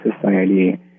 Society